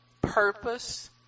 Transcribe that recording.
purpose